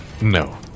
no